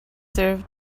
served